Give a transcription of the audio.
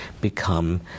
become